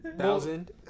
Thousand